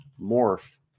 Morph